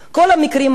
כל המקרים האלה,